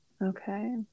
okay